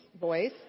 voice